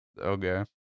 Okay